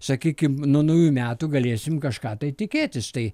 sakykim nuo naujųjų metų galėsim kažką tai tikėtis tai